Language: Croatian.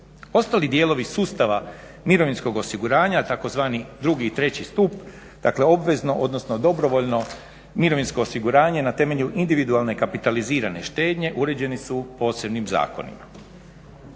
Ostali dijelovi sustava mirovinskog osiguranja, tzv. drugi i treći stup, dakle obvezno odnosno dobrovoljno mirovinskog osiguranje na temelju individualne kapitalizirane štednje uređeni su posebnim zakonima.